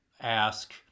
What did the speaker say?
ask